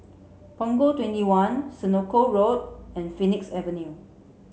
Punggol twenty one Senoko Road and Phoenix Avenue